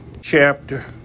Chapter